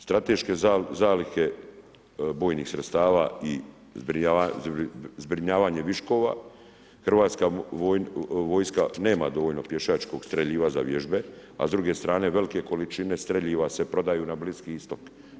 Strateške zalihe bojnih sredstava i zbrinjavanje viškova, Hrvatska vojska nema dovoljno pješačkog streljiva za vježbe, a s druge strane velike količine streljiva se prodaju na Bliski Istok.